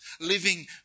Living